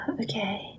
okay